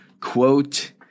Quote